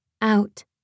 out